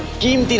gima!